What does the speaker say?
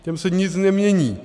Těm se nic nemění.